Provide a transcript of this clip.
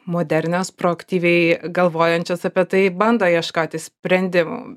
modernios proaktyviai galvojančios apie tai bando ieškoti sprendimų